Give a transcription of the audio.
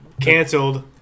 canceled